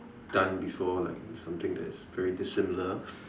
done before like something that is very dissimilar